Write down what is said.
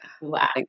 Wow